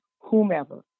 whomever